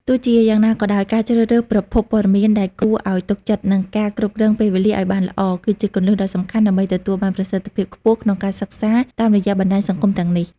ទោះជាយ៉ាងណាក៏ដោយ ការជ្រើសរើសប្រភពព័ត៌មានដែលគួរឲ្យទុកចិត្ត និងការគ្រប់គ្រងពេលវេលាឲ្យបានល្អ គឺជាគន្លឹះដ៏សំខាន់ដើម្បីទទួលបានប្រសិទ្ធភាពខ្ពស់ក្នុងការសិក្សាតាមរយៈបណ្ដាញសង្គមទាំងនេះ។